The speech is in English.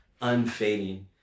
unfading